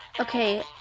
Okay